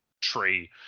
tree